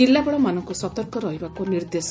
ଜିଲ୍ଲାପାଳମାନଙ୍କ ସତର୍କ ରହିବାକ ନିର୍ଦ୍ଦେଶ